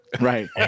right